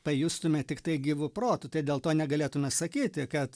pajustume tiktai gyvu protu tai dėl to negalėtume sakyti kad